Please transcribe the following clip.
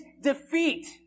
defeat